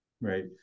Right